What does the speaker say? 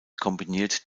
kombiniert